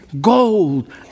gold